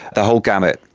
the whole gamut.